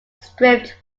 stripped